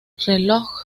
reloj